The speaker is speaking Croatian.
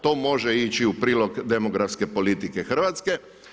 To može ići u prilog demografske politike Hrvatske.